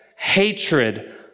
Hatred